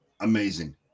amazing